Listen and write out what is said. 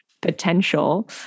potential